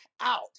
out